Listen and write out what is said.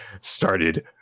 started